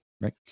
right